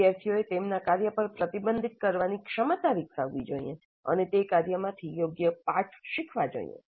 વિદ્યાર્થીઓએ તેમના કાર્ય પર પ્રતિબિંબિત કરવાની ક્ષમતા વિકસાવવી જોઈએ અને તે કાર્યમાંથી યોગ્ય પાઠ શીખવા જોઈએ